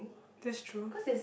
that's true